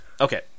Okay